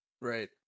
Right